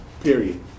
Period